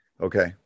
okay